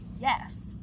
yes